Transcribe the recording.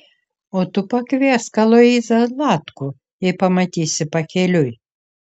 o tu pakviesk aloyzą zlatkų jei pamatysi pakeliui